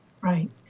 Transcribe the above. Right